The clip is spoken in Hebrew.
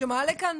שמעלה כאן